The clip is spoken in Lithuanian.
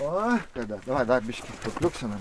o tada dar biškį pakliuksinam